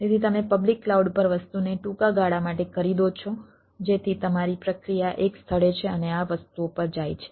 તેથી તમે public cloud પર વસ્તુને ટૂંકા ગાળા માટે ખરીદો છો જેથી તમારી પ્રક્રિયા એક સ્થળે છે અને આ વસ્તુઓ પર જાય છે